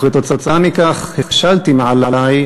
כתוצאה מכך השלתי מעלי,